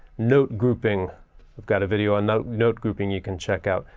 note grouping i've got a video on note note grouping you can check out.